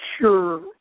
sure